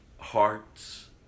Hearts